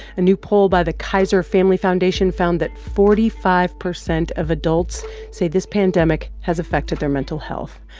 a new poll by the kaiser family foundation found that forty five percent of adults say this pandemic has affected their mental health.